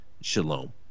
Shalom